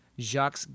Jacques